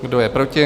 Kdo je proti?